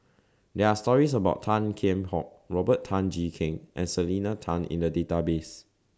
There Are stories about Tan Kheam Hock Robert Tan Jee Keng and Selena Tan in The Database